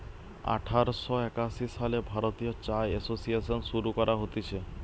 আঠার শ একাশি সালে ভারতীয় চা এসোসিয়েসন শুরু করা হতিছে